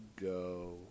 go